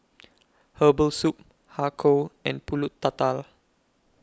Herbal Soup Har Kow and Pulut Tatal